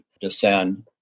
descend